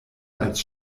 als